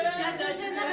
judges in